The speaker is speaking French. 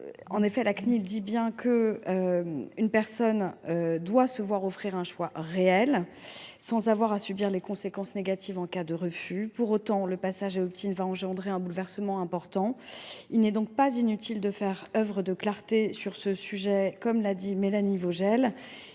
du RGPD. La Cnil précise bien qu’une « personne doit se voir offrir un choix réel sans avoir à subir de conséquences négatives en cas de refus ». Cependant, le passage à l’va engendrer un bouleversement important. Il n’est donc pas inutile de faire œuvre de clarté sur ce sujet, comme l’a souligné Mélanie Vogel.